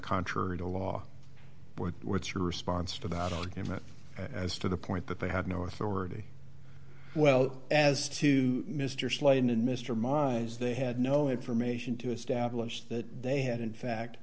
contrary to law but what's your response to that argument as to the point that they have no authority well as to mr slade and mr miles they had no information to establish that they had in fact